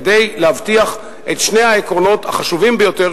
כדי להבטיח את שני העקרונות החשובים ביותר